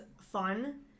fun